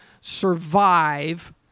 survive